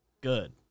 Good